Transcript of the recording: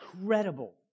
incredible